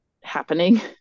happening